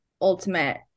ultimate